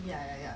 no